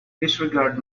disregard